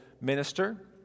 minister